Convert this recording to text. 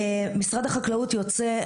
משרד החקלאות יוצא,